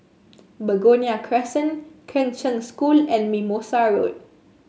Begonia Crescent Kheng Cheng School and Mimosa Road